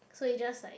so he just like